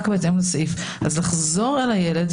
רק בהתאם לסעיף אז לחזור אל הילד.